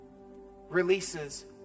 releases